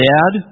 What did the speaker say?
Dad